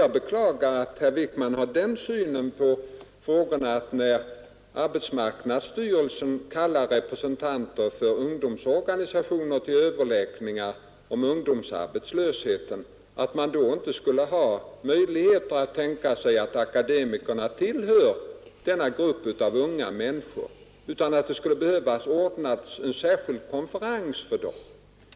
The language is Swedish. Jag beklagar att herr Wijkman har den synen på dessa frågor som framkom när han berörde den överläggning om ungdomsarbetslösheten till vilken arbetsmarknadsstyrelsen kallat representanter för ungdomsorganisationerna. Herr Wijkman tycktes inte kunna tänka sig möjligheten av att akademikerna tillhör denna grupp av unga människor, utan det skulle behöva anordnas en särskild konferens för dem.